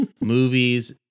movies